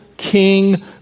king